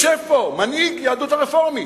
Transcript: יושב פה מנהיג היהדות הרפורמית,